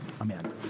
amen